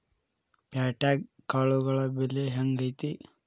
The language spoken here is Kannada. ಪ್ಯಾಟ್ಯಾಗ್ ಕಾಳುಗಳ ಬೆಲೆ ಹೆಂಗ್ ಐತಿ?